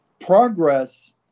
progress